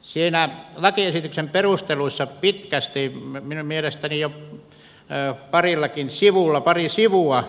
siinä lakiesityksen perusteluissa pitkästi minun mielestäni parilla sivulla